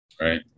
Right